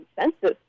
consensus